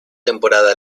temporada